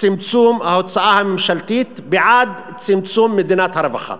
צמצום ההוצאה הממשלתית, בעד צמצום מדינת הרווחה.